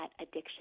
addiction